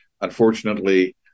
Unfortunately